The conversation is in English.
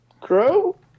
crow